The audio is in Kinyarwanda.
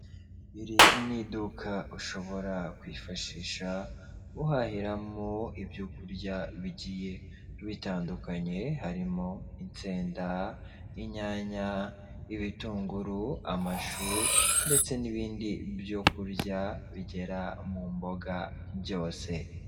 Iri ni iduka ushobora kwifashisha uhahiramo ibyo kurya bigiye bitandukanye harimo insenda, inyanya, ibitunguru, amashu ndetse n'ibindi byo kurya bigera mu mboga byose.